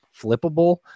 flippable